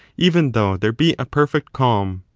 even though there be a perfect calm.